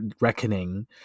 reckoning